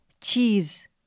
cheese।